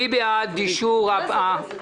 מי בעד אישור ההודעה?